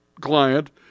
client